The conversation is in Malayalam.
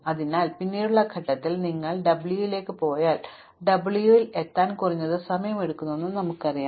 അതിനാൽ പിന്നീടുള്ള ഘട്ടത്തിൽ നിങ്ങൾ w ലേക്ക് പോയാൽ w ൽ എത്താൻ കുറഞ്ഞത് സമയമെടുക്കുമെന്ന് ഞങ്ങൾക്കറിയാം